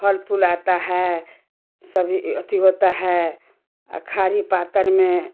फल फूल आता है सभी अती होता है अखारी पातर में